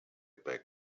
back